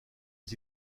les